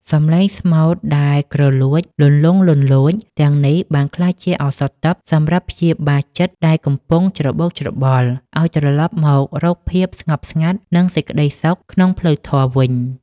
សម្លេងស្មូតដែលគ្រលួចលន្លង់លន្លោចទាំងនេះ បានក្លាយជាឱសថទិព្វសម្រាប់ព្យាបាលចិត្តដែលកំពុងច្របូកច្របល់ ឱ្យត្រឡប់មករកភាពស្ងប់ស្ងាត់ និងសេចក្តីសុខក្នុងផ្លូវធម៌វិញ។